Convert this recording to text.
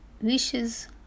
wishes